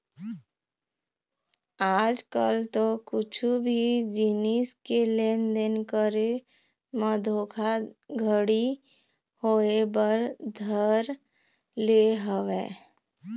आज कल तो कुछु भी जिनिस के लेन देन करे म धोखा घड़ी होय बर धर ले हवय